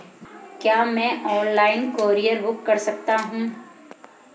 क्या मैं online courier book कर सकता हूँ?